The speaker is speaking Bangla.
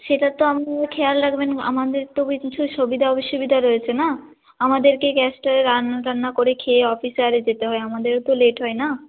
সেটা তো আপনারা খেয়াল রাখবেন আমাদের তবে কিছু সুবিধা অসুবিধা রয়েছে না আমাদেরকে গ্যাসটায় রান্না টান্না করে খেয়ে অফিসে আরে যেতে হয় আমাদেরও তো লেট হয় না